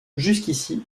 jusqu’ici